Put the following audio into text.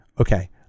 okay